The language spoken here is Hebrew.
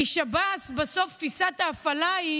כי שב"ס, בסוף תפיסת ההפעלה היא